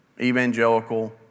evangelical